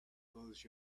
those